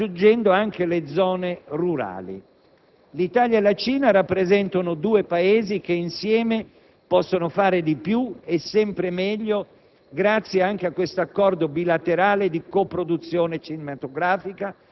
con oltre 50 milioni di spettatori raggiungendo anche le zone rurali. L'Italia e la Cina rappresentano due Paesi che insieme possono realizzare di più, e sempre meglio,